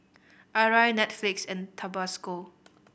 Arai Netflix and Tabasco